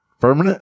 Permanent